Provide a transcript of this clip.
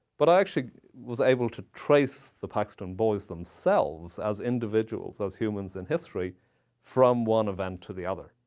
but i actually was able to trace the paxton boys themselves as individuals, as humans in history from one event to the other.